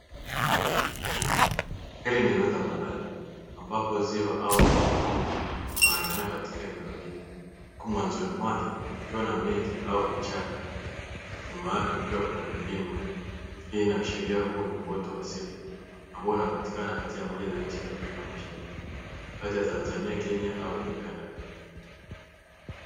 Hili ni eneo la tambarare ambapo ziwa au mto mkubwa unaonekana katika eneo hili huku mwanzoni mwake kukiwa na miti au vichaka nyuma yake kukiwa kuna milima, hii inaashiria huu ni uoto wa asili ambao unapatikana katika moja za nchi za afrika mashariki kati ya Tanzania, Kenya au Uganda.